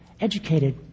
educated